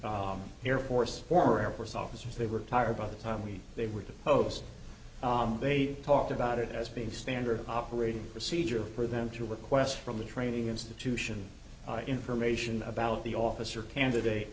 the air force or air force officers they were tired by the time we they were the pows they talked about it as being a standard operating procedure for them to request from the training institution information about the officer candidate